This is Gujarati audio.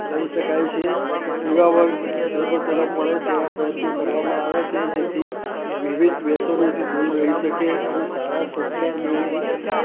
લઈ શકાય છે યુવા વર્ગ ધર્મ તરફ વળે તેવા પ્રયત્નો કરવામાં આવે છે જેથી વિવિધ વ્યસનોથી દૂર રહી શકે અને સારા સંસ્કાર મેળવી શકે